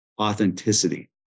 Authenticity